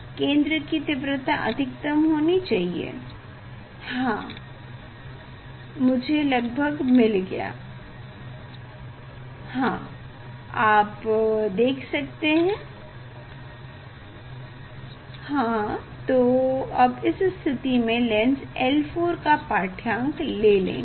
केंद्र की तीव्रता अधिकतम होनी चाहिए हाँ मुझे लगभग मिल गया हाँ आप देख सकते हैं हाँ तो अब इस स्थिति में लेंस L4 का पाठ्यांक ले लेंगे